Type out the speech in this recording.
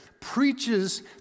preaches